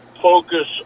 focus